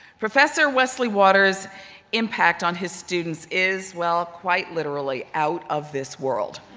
professor wesley waters' impact on his students is well, quite literally, out of this world.